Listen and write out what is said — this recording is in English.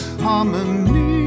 harmony